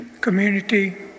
community